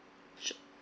sure